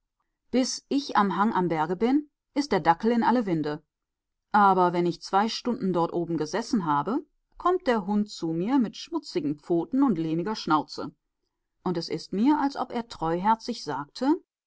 bis ich am hang am berge bin ist der dackel in alle winde aber wenn ich zwei stunden dort oben gesessen habe kommt der hund zu mir mit schmutzigen pfoten und lehmiger schnauze und es ist mir als ob er treuherzig sagte